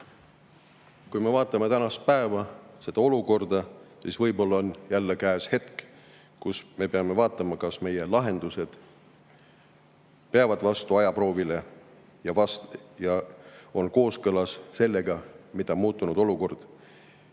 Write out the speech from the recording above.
kaasas käia. Praeguses olukorras on võib-olla jälle käes hetk, kui me peame vaatama, kas meie lahendused peavad vastu ajaproovile ja on kooskõlas sellega, mida muutunud olukord